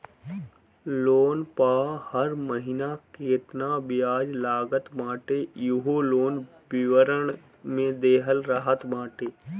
loan पअ हर महिना केतना बियाज लागत बाटे इहो लोन विवरण में देहल रहत बाटे